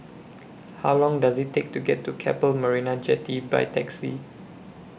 How Long Does IT Take to get to Keppel Marina Jetty By Taxi